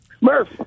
Murph